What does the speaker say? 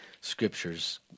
scriptures